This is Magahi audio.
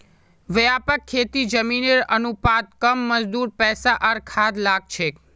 व्यापक खेतीत जमीनेर अनुपात कम मजदूर पैसा आर खाद लाग छेक